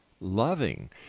loving